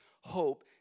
hope